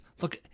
Look